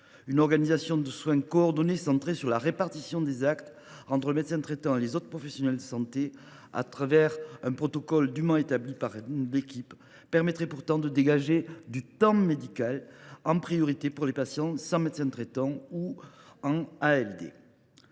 Une organisation des soins coordonnée et centrée sur la répartition des actes entre le médecin traitant et les autres professionnels de santé au travers d’un protocole dûment établi par l’équipe permettrait pourtant de dégager du temps médical en priorité pour les patients sans médecin traitant ou en